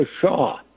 Shaw